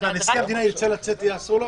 אם נשיא המדינה ירצה לצאת יהיה אסור לו?